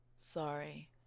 sorry